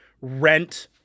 Rent